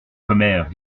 commères